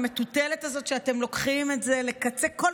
המטוטלת הזאת שאתם לוקחים את זה לקצה כל